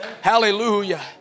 Hallelujah